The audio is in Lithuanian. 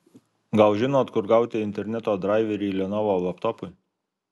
gal žinot kur gauti interneto draiverį lenovo laptopui